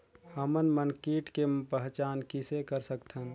हमन मन कीट के पहचान किसे कर सकथन?